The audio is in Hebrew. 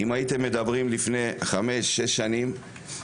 אם הייתם מדברים לפני 5-6 שנים,